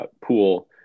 pool